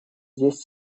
здесь